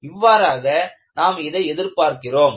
இவ்வாறாக நாம் இதை பார்க்கிறோம்